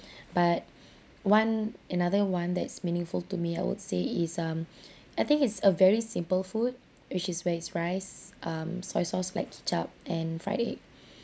but one another one that's meaningful to me I would say is um I think it's a very simple food which is waste rice um soy sauce like kicap and fried egg